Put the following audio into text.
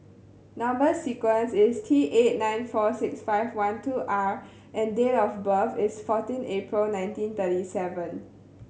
number sequence is T eight nine four six five one two R and date of birth is fourteen April nineteen thirty seven